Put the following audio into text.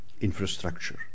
infrastructure